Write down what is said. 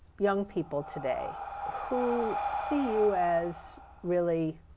young people today who see you as really